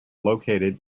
located